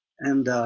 and